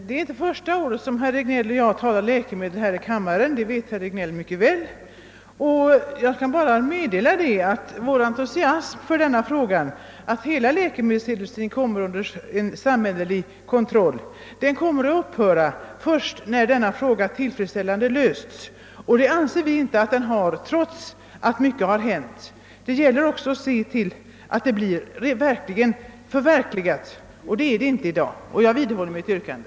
Herr talman! Detta är, såsom herr Regnéll mycket väl vet, inte första året som han och jag talar om läkemedel i denna kammare. Min entusiasm för hela denna fråga om att läkemedelsindustrin bör gå in under samhällelig kontroll kommer att upphöra först när denna angelägenhet tillfredsställande lösts. Vi anser att så inte skett, även om en del har hänt. Det gäller alltså att se till att målsättningen verkligen blir realiserad. Det är den inte i dag.